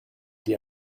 die